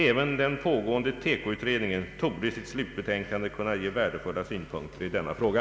Även den pågående TEKO-utredningen torde i sitt slutbetänkande kunna ge värdefulla synpunkter i denna fråga.